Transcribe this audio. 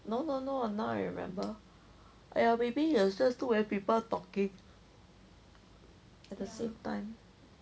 no no no now I remember !aiya! maybe it was just too many people talking at the same time